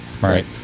Right